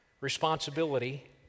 responsibility